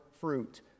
fruit